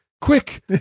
quick